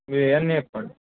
మీరు ఏమన్న చెప్పండి